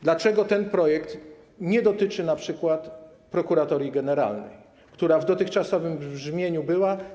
Dlaczego ten projekt nie dotyczy np. Prokuratorii Generalnej, która w dotychczasowym brzmieniu była.